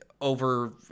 over